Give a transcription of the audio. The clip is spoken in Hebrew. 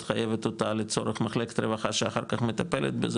את חייבת אותה לצורך מחלקת הרווחה שאחר כך מטפלת בזה,